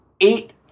eight